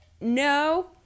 no